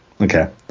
Okay